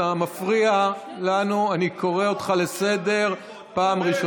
את סדר-היום כל